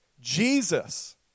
Jesus